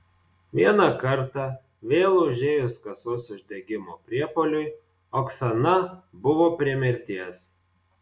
vieną kartą vėl užėjus kasos uždegimo priepuoliui oksana buvo prie mirties